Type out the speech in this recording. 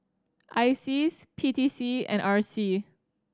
ISEAS P T C and R C